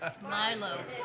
Milo